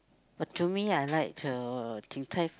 but to me I like the Din-Tai-Fung